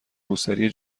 روسری